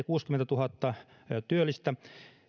kuusikymmentätuhatta työllistä